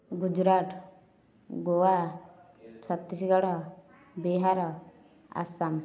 Gujarat Goa Chhattisgarh Bihar Assam